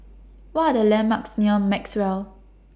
What Are The landmarks near Maxwell